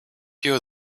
your